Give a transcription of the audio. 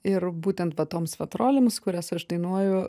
ir būtent va toms vat rolėms kurias aš dainuoju